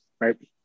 right